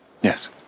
Yes